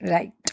Right